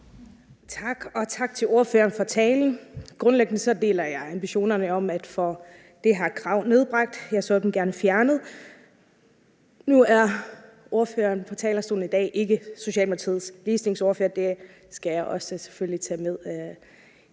Tak, og tak til ordføreren for talen. Grundlæggende deler jeg ambitionerne om at få det her krav nedbragt. Jeg så det gerne fjernet. Nu er ordføreren på talerstolen i dag ikke Socialdemokratiets ligestillingsordfører, og det skal jeg selvfølgelig også tage med i